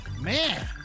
man